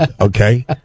Okay